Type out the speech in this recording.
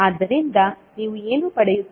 ಆದ್ದರಿಂದ ನೀವು ಏನು ಪಡೆಯುತ್ತೀರಿ